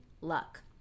luck